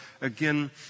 again